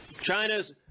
China's